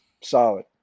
Solid